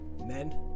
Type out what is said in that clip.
men